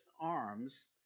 arms